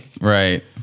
Right